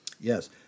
Yes